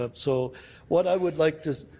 ah so what i would like to